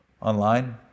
online